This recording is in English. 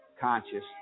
conscious